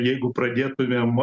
jeigu pradėtumėm